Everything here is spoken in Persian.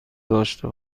داشته